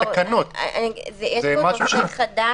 יש פה משהו חדש,